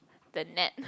the net